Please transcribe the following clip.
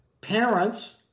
parents